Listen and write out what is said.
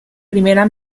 primera